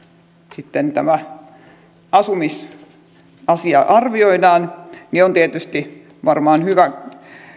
sitten asumisasia arvioidaan on tietysti varmaan hyvä